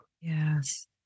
Yes